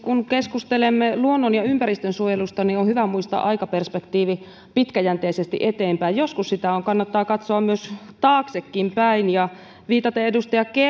kun keskustelemme luonnon ja ympäristönsuojelusta on hyvä muistaa aikaperspektiivi pitkäjänteisesti eteenpäin joskus sitä kannattaa katsoa taaksekinpäin viitaten edustaja